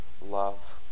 love